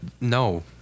no